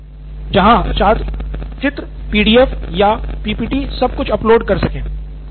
श्याम पॉल एम जहां छात्र चित्र पीडीएफ या पीपीटी सब कुछ अपलोड कर सकें